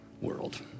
world